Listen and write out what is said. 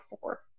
four